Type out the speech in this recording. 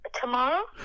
Tomorrow